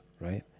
right